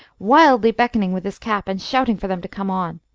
wildly beckoning with his cap and shouting for them to come on.